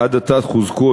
עד עתה חוזקו,